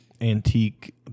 antique